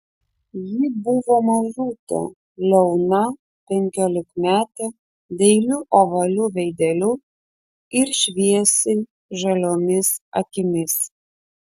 ji buvo mažutė liauna penkiolikmetė dailiu ovaliu veideliu ir šviesiai žaliomis akimis